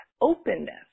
openness